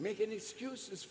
making excuses